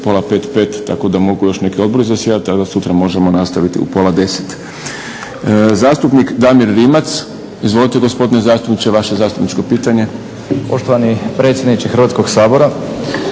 pola 5, 5 tako da mogu još neki odbori zasjedati tako da sutra možemo nastaviti u pola 10. Zastupnik Damir Rimac. Izvolite gospodine zastupniče vaše zastupničko pitanje.